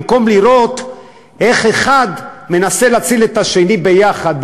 במקום לראות איך אחד מנסה להציל את השני ביחד,